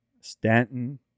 Stanton